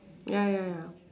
ya ya ya